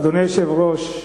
אדוני היושב-ראש,